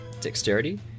Dexterity